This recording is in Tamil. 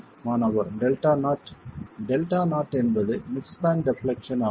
மாணவர் Δ0 Δ0 என்பது மிட் ஸ்பான் டெப்லெக்சன் ஆகும்